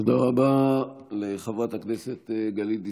תודה רבה לחברת הכנסת גלית דיסטל,